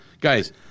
guys